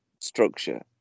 structure